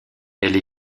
elle